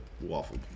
waffle